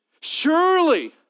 Surely